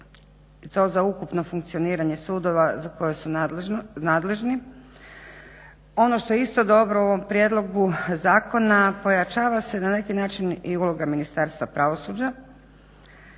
to za ukupno funkcioniranje sudova za koje su nadležni. Ono što je isto dobro u ovom prijedlogu zakona, pojačava se na neki način i uloga Ministarstva pravosuđa